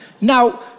Now